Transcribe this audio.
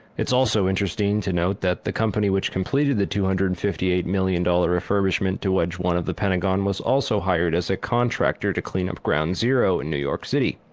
it's also interesting to note that the company which completely the two hundred and fifty eight million dollars refurbishment to wedge one of the pentagon was also hired as a contractor to clean up ground zero in new york city.